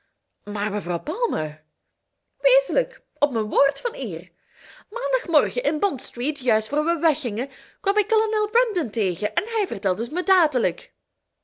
maar mevrouw palmer wezenlijk op mijn woord van eer maandagmorgen in bond street juist voor we weggingen kwam ik kolonel brandon tegen en hij vertelde t me dadelijk